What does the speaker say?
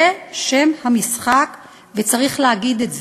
זה שם המשחק, וצריך להגיד את זה.